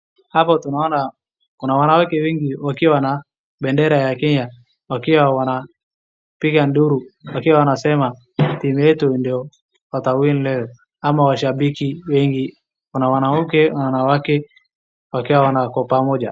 Hapa tunaona kuna wanawake wengi wakiwa na bendera ya Kenya wakiwa wanapiga nduru wakiwa wanasema timu yetu ndiyo wata win leo. Ama washabiki wengi kuna wanaume na wanawake wakiwa wako pamoja.